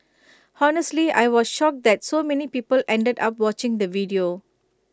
honestly I was shocked that so many people ended up watching the video